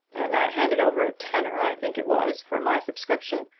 and i handed over a tenner, i think it was, for my subscription.